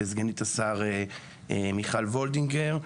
סגנית השר מיכל וולדיגר.